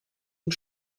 und